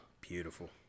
Beautiful